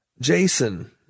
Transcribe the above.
Jason